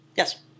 Yes